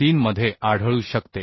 3 मध्ये आढळू शकते